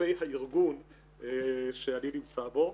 כלפי הארגון שאני נמצא בו.